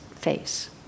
face